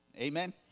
Amen